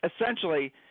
essentially